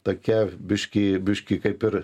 tokia biškį biškį kaip ir